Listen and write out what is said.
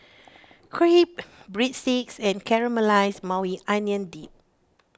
Crepe Breadsticks and Caramelized Maui Onion Dip